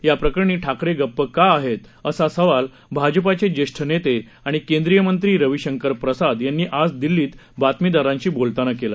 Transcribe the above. याप्रकरणी ठाकरे गप्प का आहेत असा सवाल भाजपाचे ज्येष्ठ नेते आणि केंद्रीयमंत्री रवीशंकर प्रसाद यांनी आज दिल्लीत बातमीदारांशी बोलताना केला